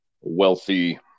wealthy